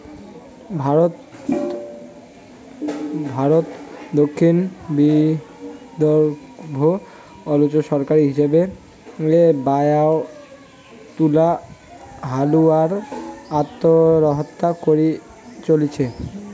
ভারতর দক্ষিণ বিদর্ভ অঞ্চলত সরকারী হিসাবের বায়রাও তুলা হালুয়ালার আত্মহত্যা করি চলিচে